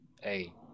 hey